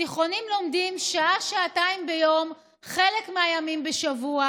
התיכונים לומדים שעה-שעתיים ביום בחלק מהימים בשבוע,